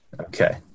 Okay